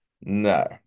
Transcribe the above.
No